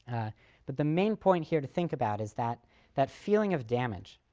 but the main point here to think about is that that feeling of damage.